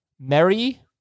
Mary